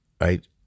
right